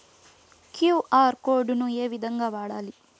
QR code ను ఏ విధంగా వాడాలి?